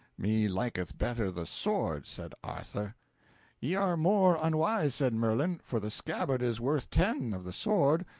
me liketh better the sword, said arthur ye are more unwise, said merlin, for the scabbard is worth ten of the sword,